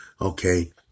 Okay